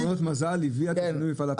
את מכונות מזל הביאה --- מפעל הפיס.